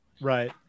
Right